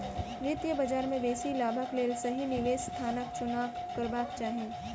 वित्तीय बजार में बेसी लाभक लेल सही निवेश स्थानक चुनाव करबाक चाही